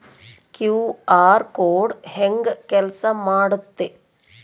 QR code ಹೆಂಗ ಕೆಲಸ ಮಾಡುತ್ತೆ?